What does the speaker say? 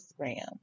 Instagram